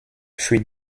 für